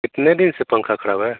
कितने दिन से पंखा खराब है